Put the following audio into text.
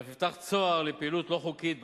ואף נפתח צוהר לפעילות לא חוקית בתחום.